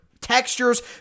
textures